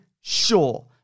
sure